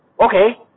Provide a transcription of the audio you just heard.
okay